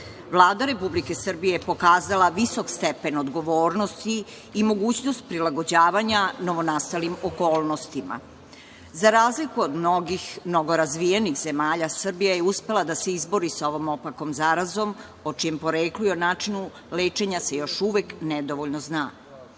Republike Srbije je pokazala visok stepen odgovornosti i mogućnost prilagođavanja novonastalim okolnostima. Za razliku od mnogih mnogo razvijenih zemalja, Srbija je uspela da se izbori sa ovom opakom zarazom, o čijem poreklu i o načinu lečenja se još uvek nedovoljno zna. Mere